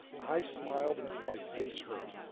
i smiled until my face hurt.